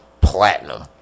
platinum